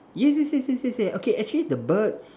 yes yes yes yes yes okay actually the bird